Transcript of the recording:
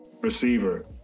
receiver